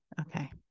Okay